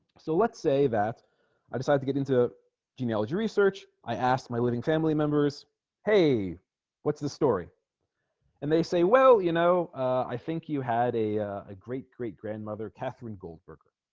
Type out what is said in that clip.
so let's say that i decided to get into genealogy research i asked my living family members what's the story and they say well you know i think you had a ah great-great grandmother catherine goldberg